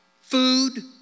food